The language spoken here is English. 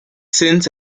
since